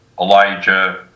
Elijah